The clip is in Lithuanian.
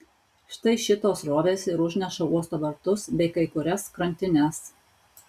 štai šitos srovės ir užneša uosto vartus bei kai kurias krantines